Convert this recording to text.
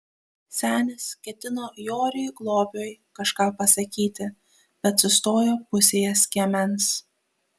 senis ketino joriui globiui kažką pasakyti bet sustojo pusėje skiemens